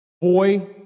boy